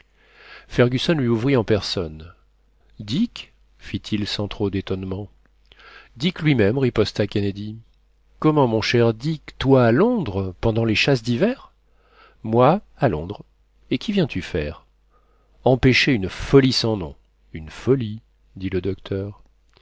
fergusson lui ouvrit en personne dick fit-il sans trop d étonnement dick lui-même riposta kennedy comment mon cher dick toi à londres pendant les chasses d'hiver moi à londres et qu'y viens-tu faire empêcher une folie sans nom une folie dit le docteur